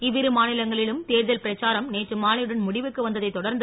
இவ்விரு மாநில ங்க ளிலு ம் தேர் தல் பிரச்சாரம் நேற்று மாலையுடன் முடிவுக்கு வந்ததை தொடர் ந்து